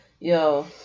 Yo